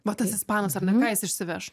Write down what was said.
va tas ispanas ar ne ką jis išsiveš